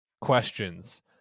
questions